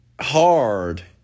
hard